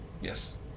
Yes